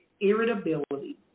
irritability